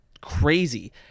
crazy